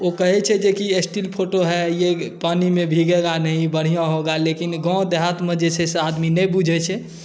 ओ कहै छै जे कि स्टिल फ़ोटो है ये पानी में भीगेगा नहीं बढ़िआँ होगा लेकिन गाम देहातमे जे छै से आदमी नहि बुझै छै